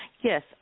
Yes